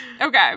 Okay